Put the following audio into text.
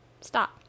Stop